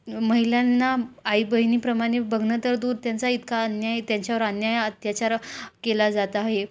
महिलांना आई बहिणीप्रमाणे बघणं तर दूर त्यांचा इतका अन्याय त्यांच्यावर अन्याय अत्याचार केला जात आहे